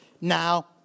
now